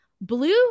Blue